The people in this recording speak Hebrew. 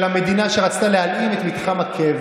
אבל הוא אמר לך שהם לא הצביעו בשנה שעברה.